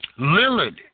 Lillard